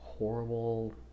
horrible